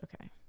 Okay